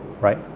right